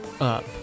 up